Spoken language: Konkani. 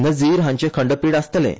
नजीर हांचे खंडपिठ आसतलें